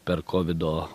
per kovido